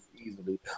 easily